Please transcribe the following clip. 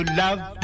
love